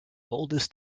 oldest